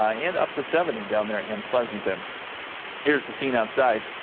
ah and up to seventy down there and pleasant m here's the scene outside.